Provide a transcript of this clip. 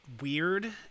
weird